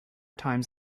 times